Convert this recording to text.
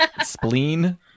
spleen